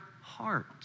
heart